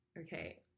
okay